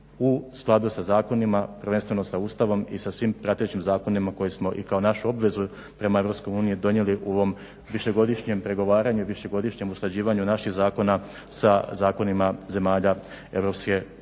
u skladu sa zakonima, prvenstveno sa Ustavom i sa svim pratećim zakonima koje smo i kao našu obvezu prema EU donijeli u ovom višegodišnjem pregovaranju i višegodišnjem usklađivanju naših zakona sa zakonima zemalja EU.